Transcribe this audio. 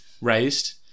raised